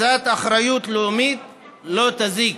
קצת אחריות לאומית לא תזיק.